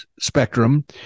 spectrum